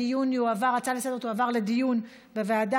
ההצעה לסדר-היום תועבר לדיון בוועדה.